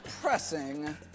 pressing